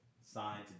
signed